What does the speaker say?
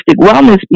wellness